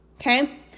Okay